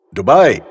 Dubai